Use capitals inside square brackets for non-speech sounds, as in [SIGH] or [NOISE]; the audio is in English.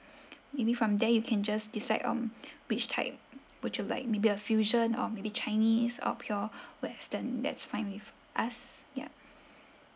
maybe from there you can just decide on [BREATH] which type would you like maybe a fusion or maybe chinese or pure [BREATH] western that's fine with us ya